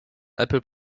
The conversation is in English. apple